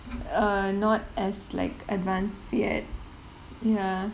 err not as like advanced yet ya